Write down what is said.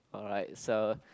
alright so